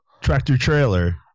tractor-trailer